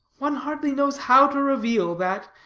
one hardly knows how to reveal, that,